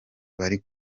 bari